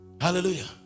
Hallelujah